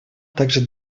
также